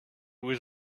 was